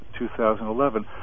2011